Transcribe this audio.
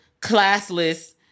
classless